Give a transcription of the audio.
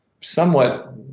somewhat